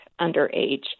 underage